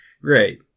Great